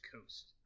Coast